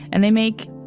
and they make